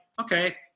okay